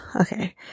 okay